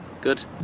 good